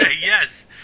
yes